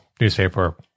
newspaper